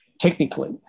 technically